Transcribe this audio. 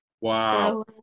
Wow